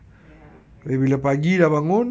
ya correct